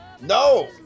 No